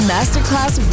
Masterclass